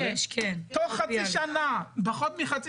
תוך חצי שנה, פחות מחצי